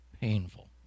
painful